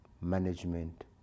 management